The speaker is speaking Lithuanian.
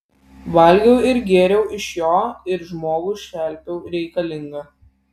valgiau ir gėriau iš jo ir žmogų šelpiau reikalingą